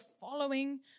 following